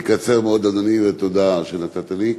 אני אקצר מאוד, אדוני, ותודה שנתת לי.